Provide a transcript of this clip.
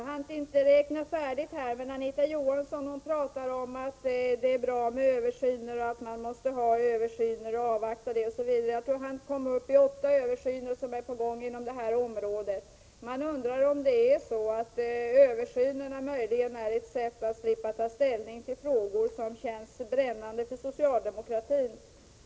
Herr talman! Anita Johansson talar om att det är bra med översyner och att man måste ha översyner och avvakta dessa, osv. Jag tror att hon hann komma upp i åtta översyner som är på gång inom detta område. Man undrar om översynerna möjligen är ett sätt att slippa ta ställning till frågor som känns brännande för socialdemokraterna.